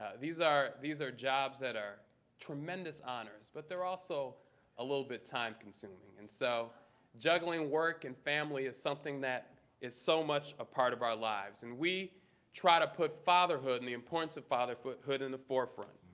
ah these are these are jobs that are tremendous honors. but they're also a little bit time consuming. and so juggling work and family is something that is so much a part of our lives. and we try to put fatherhood and the importance of fatherhood in the forefront.